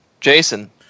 jason